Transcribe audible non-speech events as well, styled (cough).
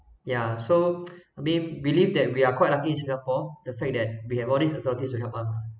yeah so (noise) we believe that we are quite lucky singapore the fact that we have all these authorities to come out